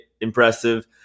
impressive